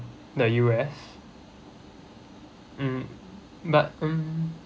the U_S mm but mm